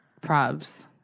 Probs